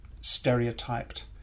stereotyped